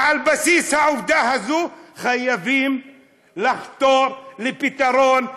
ועל בסיס העובדה הזאת חייבים לחתור לפתרון,